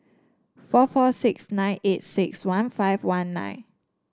four four six nine eight six one five one nine